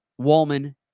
Wallman